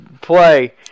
play